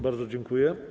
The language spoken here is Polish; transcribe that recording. Bardzo dziękuję.